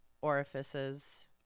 orifices